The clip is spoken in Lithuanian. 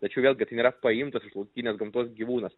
tačiau vėlgi tai nėra paimtas iš laukinės gamtos gyvūnas